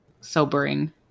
sobering